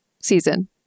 season